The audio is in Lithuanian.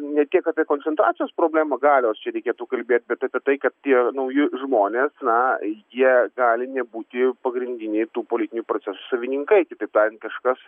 ne tiek apie koncentracijos problemą galios čia reikėtų kalbėt bet apie tai kad tie nauji žmonės na jie gali nebūti pagrindiniai tų politinių procesų savininkai kitaip tariant kažkas